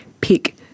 pick